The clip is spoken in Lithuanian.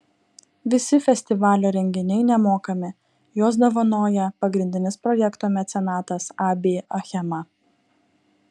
visi festivalio renginiai nemokami juos dovanoja pagrindinis projekto mecenatas ab achema